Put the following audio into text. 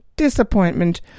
disappointment